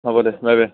হ'ব দে বাই বাই